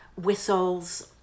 whistles